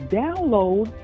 download